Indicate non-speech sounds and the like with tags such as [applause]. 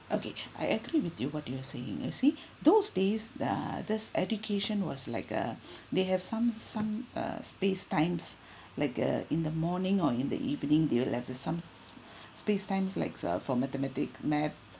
okay [breath] I agree with you what you are saying you see [breath] those days uh this education was like uh [breath] they have some some uh space times [breath] like uh in the morning or in the evening they will have some s~ [breath] space times likes uh for mathematics math